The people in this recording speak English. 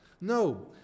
No